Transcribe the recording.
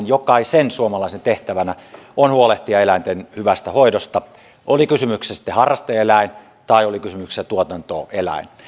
jokaisen suomalaisen tehtävänä on huolehtia eläinten hyvästä hoidosta oli kysymyksessä sitten harraste eläin tai oli kysymyksessä tuotantoeläin